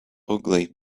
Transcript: ugly